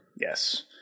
yes